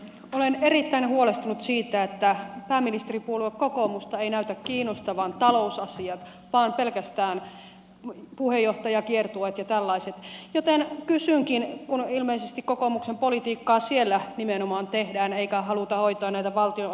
olen erittäin huolestunut siitä että pääministeripuolue kokoomusta ei näytä kiinnostavan talousasiat vaan pelkästään puheenjohtajakiertueet ja tällaiset joten kysynkin kun ilmeisesti kokoomuksen politiikkaa nimenomaan siellä tehdään eikä haluta hoitaa näitä valtion asioita täällä